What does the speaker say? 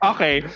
Okay